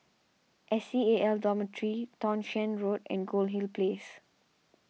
S C A L Dormitory Townshend Road and Goldhill Place